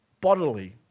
bodily